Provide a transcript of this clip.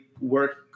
work